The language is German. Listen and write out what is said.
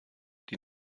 die